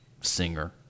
singer